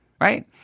right